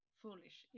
foolish